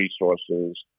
resources